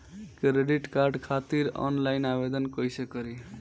Credit card खातिर online आवेदन कइसे करि?